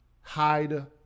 hide